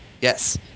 Yes